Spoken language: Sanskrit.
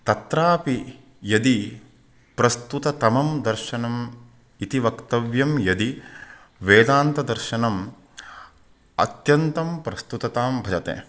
तत्रापि यदि प्रस्तुतं दर्शनम् इति वक्तव्यं यदि वेदान्तदर्शनम् अत्यन्तं प्रस्तुततां भजते